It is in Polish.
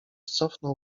cofnął